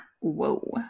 Whoa